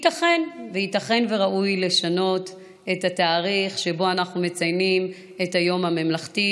ייתכן שראוי לשנות את התאריך שבו אנחנו מציינים את היום הממלכתי,